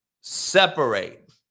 separate